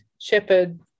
shepherd